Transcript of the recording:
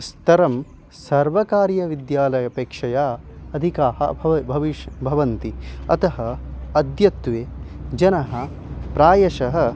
स्थरं सर्वकारीय विद्यालयपेक्षया अधिकाः भव भविष् भवन्ति अतः अद्यत्वे जनाः प्रायशः